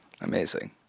Amazing